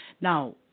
now